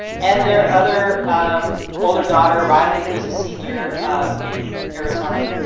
and there are other um older daughter, riley, who is a senior in arizona.